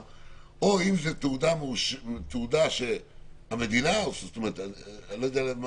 או אם זו תעודה שהמדינה אני לא יודע מה